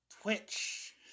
Twitch